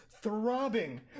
throbbing